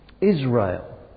Israel